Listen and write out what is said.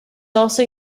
also